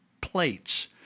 plates